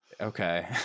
okay